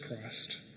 Christ